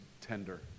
tender